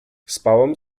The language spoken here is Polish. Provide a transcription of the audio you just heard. spałam